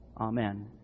Amen